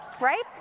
right